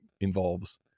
involves